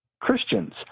Christians